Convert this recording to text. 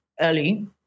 early